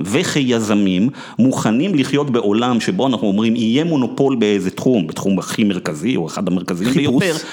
וכיזמים מוכנים לחיות בעולם שבו אנחנו אומרים: יהיה מונופול באיזה תחום, בתחום הכי מרכזי או אחד המרכזיים ביותר.